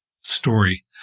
story